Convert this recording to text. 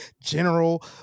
general